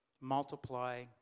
multiply